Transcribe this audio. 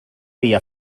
via